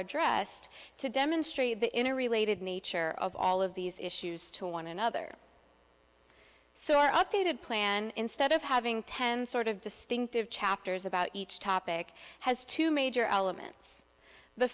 addressed to demonstrate the interrelated nature of all of these issues to one another so our updated plan instead of having ten sort of distinctive chapters about each topic has two major elements the